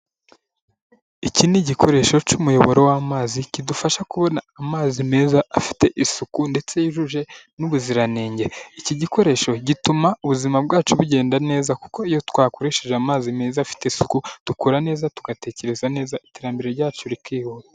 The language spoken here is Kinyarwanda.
Iki ni igikoresho cy'umuyoboro w'amazi kidufasha kubona amazi meza, afite isuku ndetse yujuje n'ubuziranenge; iki gikoresho gituma ubuzima bwacu bugenda neza; kuko iyo twakoresheje amazi meza afite isuku; dukura neza, tugatekereza neza, iterambere ryacu rikihuta.